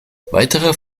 weitere